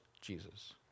Jesus